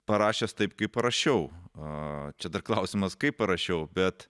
parašęs taip kaip parašiau a čia dar klausimas kaip parašiau bet